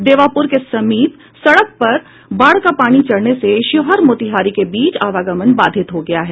देवापुर के समीप सड़क पर बाढ़ का पानी चढ़ने से शिवहर मोतिहारी के बीच आवागमन बाधित हो गया है